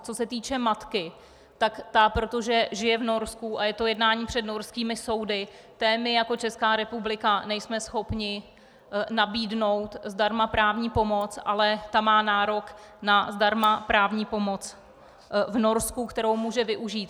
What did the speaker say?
Co se týče matky, tak ta, protože žije v Norsku a je to jednání před norskými soudy, té my jako Česká republika nejsme schopni nabídnout zdarma právní pomoc, ale ta má nárok na zdarma právní pomoc v Norsku, kterou může využít.